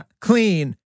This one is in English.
Clean